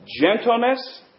gentleness